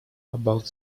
about